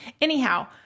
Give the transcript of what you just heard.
Anyhow